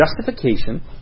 Justification